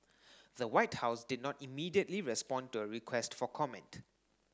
the White House did not immediately respond to a request for comment